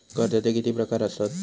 कर्जाचे किती प्रकार असात?